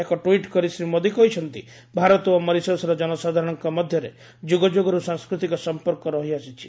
ଏକ ଟ୍ୱିଟ୍ କରି ଶ୍ରୀ ମୋଦୀ କହିଛନ୍ତି ଭାରତ ଓ ମରିସସ୍ର ଜନସାଧାରଣଙ୍କ ମଧ୍ୟରେ ଯୁଗଯୁଗରୁ ସାଂସ୍କୃତିକ ସମ୍ପର୍କ ରହି ଆସିଛି